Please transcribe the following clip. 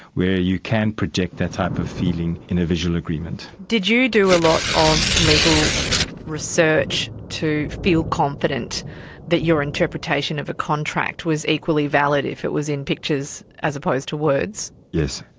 where you can project that type of feeling in a visual agreement. did you do a lot of legal research to feel confident that your interpretation of a contract was equally valid if it was in pictures as opposed to words? yes.